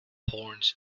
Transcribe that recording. horns